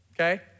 Okay